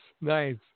nice